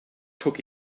took